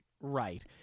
Right